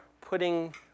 putting